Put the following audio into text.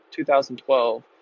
2012